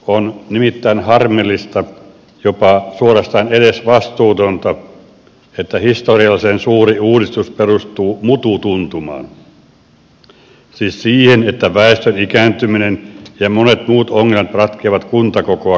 on nimittäin harmillista jopa suorastaan edesvastuutonta että historiallisen suuri uudistus perustuu mututuntumaan siis siihen että väestön ikääntyminen ja monet muut ongelmat ratkeavat kuntakokoa kasvattamalla